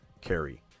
carry